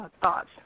thoughts